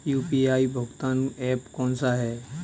UPI भुगतान app कौन सा है?